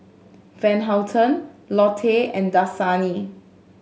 Van Houten Lotte and Dasani